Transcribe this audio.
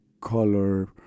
color